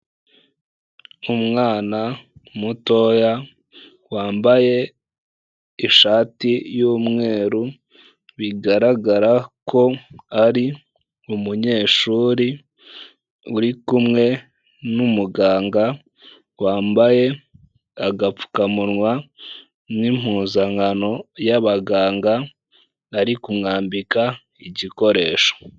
Umwana mutoya wambaye ishati y'umweru, bigaragara ko ari umunyeshuri, uri kumwe n'umuganga wambaye agapfukamunwa n'impuzankano y'abaganga. ari kumwambika igikoresho.